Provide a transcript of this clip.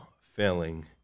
failing